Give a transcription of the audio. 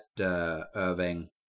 Irving